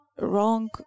wrong